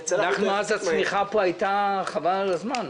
אצלנו אז הצמיחה הייתה חבל על הזמן.